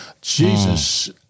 Jesus